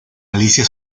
alicia